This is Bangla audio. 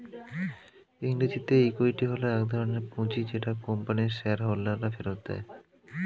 ইংরেজিতে ইক্যুইটি হল এক ধরণের পুঁজি যেটা কোম্পানির শেয়ার হোল্ডাররা ফেরত দেয়